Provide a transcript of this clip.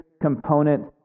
component